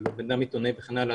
בן אדם עיתונאי וכן הלאה,